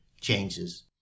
changes